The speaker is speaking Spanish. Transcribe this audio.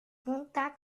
punta